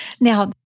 Now